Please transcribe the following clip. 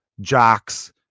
jocks